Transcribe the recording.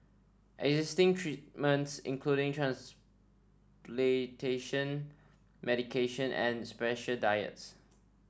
existing treatments including transplantation medication and special diets